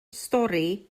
stori